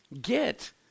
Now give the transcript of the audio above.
get